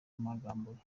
amangambure